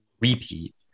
repeat